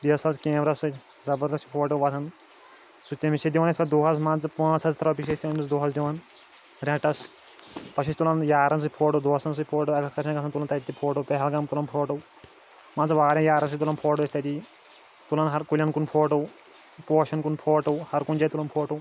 D S R camera سۭتۍ زَبردست چھِ فوٹو وَتھان سُہ تٔمِس چھِ دِوان أسۍ پتہٕ دۄہس مان ژٕ پانٛژھ ہَتھ رۄپیہِ چھِ أسۍ تٔمِس دۄہس دِوان ریٚنٛٹس پتہٕ چھِ أسۍ تُلان یارَن سۭتۍ فوٹو دوستن سۭتۍ فوٹو ایٚکَسکَرشَن گژھان تُلان تَتہِ تہِ فوٹو پہلگام تُلَان فوٹو مان ژٕ واریاہَن یارن سۭتۍ تُلَان فوٹو أسۍ تٔتِے تُلَان ہَر کُلیٚن کُن فوٹو پوشن کُن فوٹو ہَر کُنہِ جایہِ تُلَان فوٹوٗ